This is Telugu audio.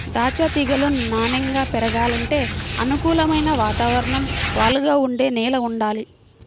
దాచ్చా తీగలు నాన్నెంగా పెరగాలంటే అనుకూలమైన వాతావరణం, వాలుగా ఉండే నేల వుండాలి